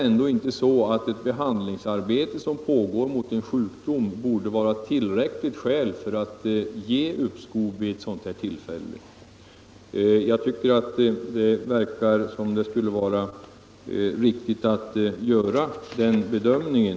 Men är det framför allt inte så att en pågående sjukdomsbehandling skulle vara tillräckligt skäl för uppskov vid ett sådant här tillfälle? Jag tycker att det verkar vara riktigt att göra den bedömningen.